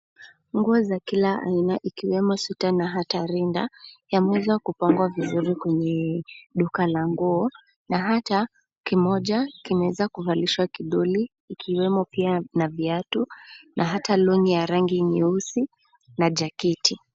Nguo za kila aina ikwemo sweta na hata rinda, yameweza kupangwa vizuri kwenye duka la nguo, na hata kimoja kimeweza kuvalishwa kidoli ikiwemo pia kiiatu na hata longi ya rangi nyeusi na jaketi